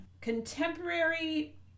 Contemporary